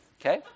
Okay